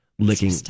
Licking